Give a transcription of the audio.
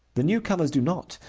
the newcomers do not,